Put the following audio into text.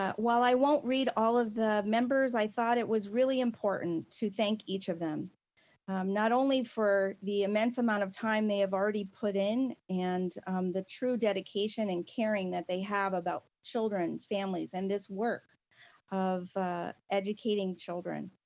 ah while i won't read all of the members, i thought it was really important to thank each of them not only for the immense amount of time they have already put in and the true dedication and caring that they have about children, families and this work of educating children,